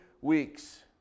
weeks